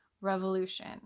revolution